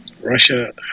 Russia